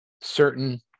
certain